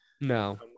No